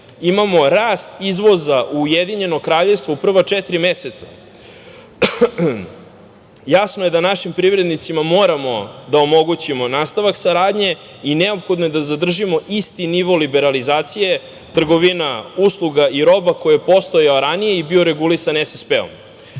imamo rast izvoza u Ujedinjeno Kraljevstvo u prva četiri meseca. Jasno je da našim privrednicima moramo da omogućimo nastavak saradnje i neophodno je da zadržimo isti nivo liberalizacije trgovina usluga i roba koji je postojao ranije i bio je regulisan SSP-om. Da